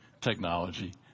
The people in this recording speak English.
technology